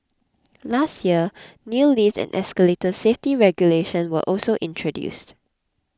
last year new lift and escalator safety regulation were also introduced